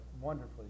wonderfully